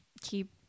keep